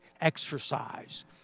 exercise